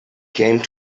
came